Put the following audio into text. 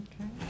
Okay